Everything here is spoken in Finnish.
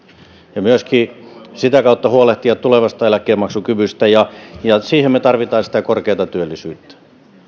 ja myöskin sitä kautta huolehtia tulevasta eläkkeenmaksukyvystä ja ja siihen me tarvitsemme sitä korkeata työllisyyttä